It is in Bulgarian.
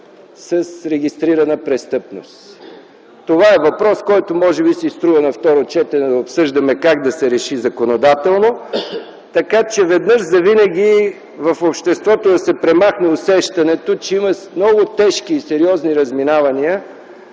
с регистрираната престъпност. Това е въпрос, който може би си струва да обсъждаме на второ четене – как да се реши законодателно, така че веднъж завинаги в обществото да се премахне усещането, че има много тежки и сериозни разминавания